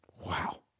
Wow